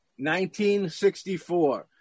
1964